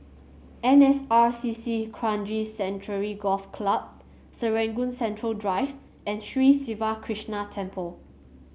N S R C C Kranji Sanctuary Golf Club Serangoon Central Drive and Sri Siva Krishna Temple